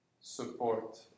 support